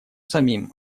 самим